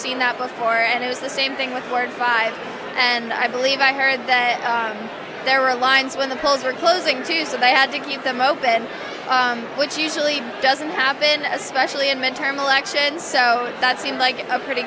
seen that before and it was the same thing with four and five and i believe i heard that there were lines when the polls were closing too so they had to keep them open which usually doesn't happen especially in midterm election so that seemed like a pretty